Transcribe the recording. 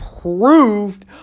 proved